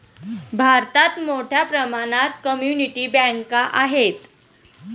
भारतात मोठ्या प्रमाणात कम्युनिटी बँका आहेत